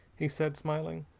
he said smiling.